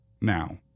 Now